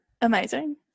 amazing